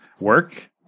work